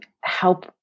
help